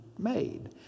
Made